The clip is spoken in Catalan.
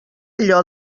allò